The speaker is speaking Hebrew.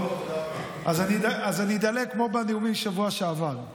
אז אני אדלג, כמו בנאומים בשבוע שעבר.